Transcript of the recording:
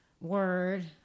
word